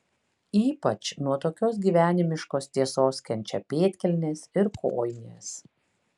ypač nuo tokios gyvenimiškos tiesos kenčia pėdkelnės ir kojinės